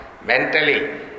mentally